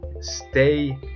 stay